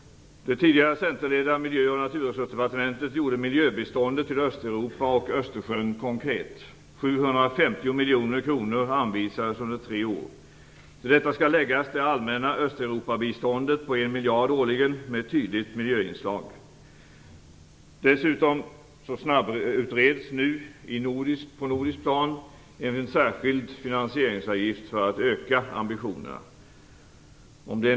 Det tidigare centerledda Miljö och naturresursdepartementet gjorde miljöbiståndet till Östeuropa och Östersjön konkret. 750 miljoner kronor anvisades under tre år. Till detta skall läggas det allmänna Östeuropabiståndet på en miljard årligen, med ett tydligt miljöinslag. Dessutom snabbutreds nu på nordiskt plan en särskild finansieringsavgift för att öka ambitionerna.